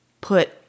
put